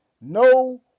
No